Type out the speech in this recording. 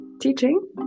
teaching